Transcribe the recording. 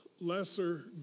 lesser